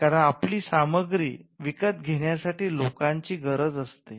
कारण आपली सामग्री विकत घेण्यासाठी लोकांची गरज असते